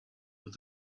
with